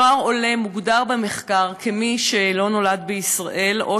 "נוער עולה" מוגדר במחקר כמי שלא נולד בישראל או